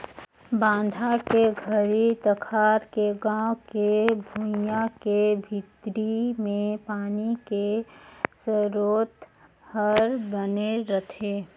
बांधा के घरी तखार के गाँव के भुइंया के भीतरी मे पानी के सरोत हर बने रहथे